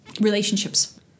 relationships